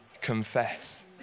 confess